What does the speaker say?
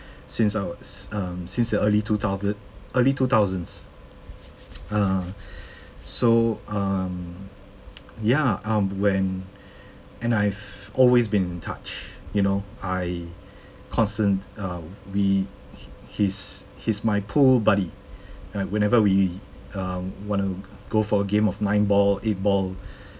since I was um since the early two thousands early two thousands uh so um ya um when and I've always been in touch you know I constant uh we he he's he's my pool buddy right whenever we um wanna go for game of nine ball eight ball